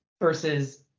versus